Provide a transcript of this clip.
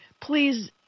please